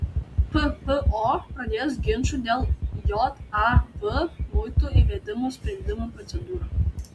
ppo pradės ginčų dėl jav muitų įvedimo sprendimo procedūrą